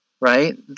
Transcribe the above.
right